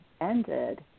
ended